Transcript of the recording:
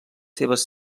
seves